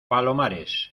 palomares